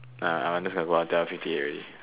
ah ah I'm just gonna go out tell her fifty eight already